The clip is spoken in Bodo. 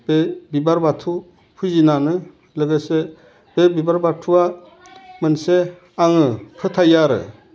बे बिबार बाथौ फुजिनानो लोगोसे बे बिबार बाथौआ मोनसे आङो फोथायो आरो